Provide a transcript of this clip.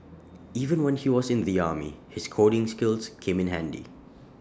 even when he was in the army his coding skills came in handy